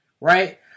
Right